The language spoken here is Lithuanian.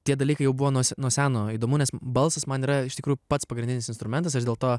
tie dalykai jau buvo nuo nuo seno įdomu nes balsas man yra iš tikrųjų pats pagrindinis instrumentas aš dėl to